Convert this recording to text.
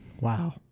Wow